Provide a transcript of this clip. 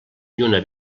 lluna